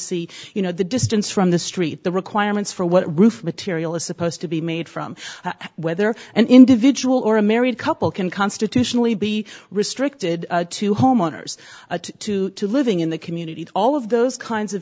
see you know the distance from the street the requirements for what roof material is supposed to be made from whether an individual or a married couple can constitutionally be restricted to homeowners to living in the community all of those kinds of